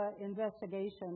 investigation